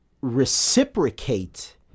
reciprocate